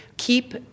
keep